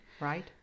right